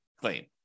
claim